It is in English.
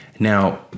Now